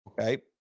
Okay